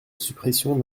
suppression